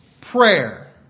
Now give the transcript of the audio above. prayer